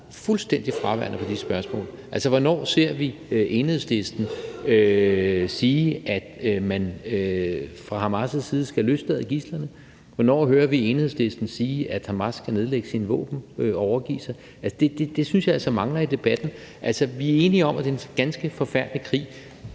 fuldstændig fraværende – på de spørgsmål. Hvornår ser vi Enhedslisten sige, at man fra Hamas' side skal løslade gidslerne? Hvornår hører vi Enhedslisten sige, at Hamas skal nedlægge sine våben og overgive sig? Det synes jeg altså mangler i debatten. Vi er enige om, at det er en ganske forfærdelig krig,